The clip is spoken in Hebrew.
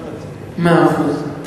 מאה אחוז.